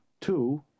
Two